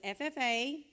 FFA